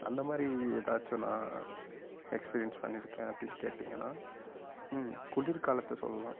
அந்த மாதிரி ஏதாச்சும் நான் எக்ஸ்பீரியன்ஸ் பண்ணியிருக்கேன் அப்படின்னு கேட்டிங்கன்னால் குளிர் காலத்தை சொல்லலாம்